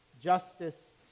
justice